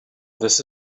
this